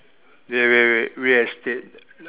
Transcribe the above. wait wait wait real estate